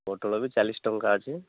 ପୋଟଳ ବି ଚାଳିଶ ଟଙ୍କା ଅଛି